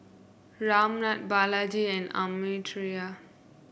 Ramnath Balaji and Amartya